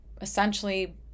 essentially